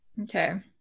Okay